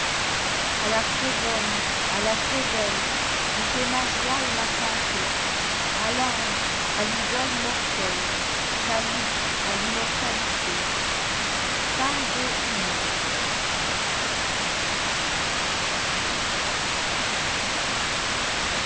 a la très-bonne à la très bellequi fait ma joie et ma santé k range à l'idole immortelle salut en immortalité